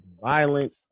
violence